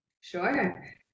Sure